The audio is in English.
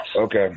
okay